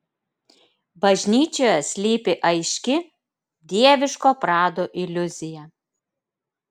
bažnyčioje slypi aiški dieviško prado iliuzija